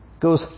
goes